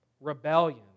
rebellion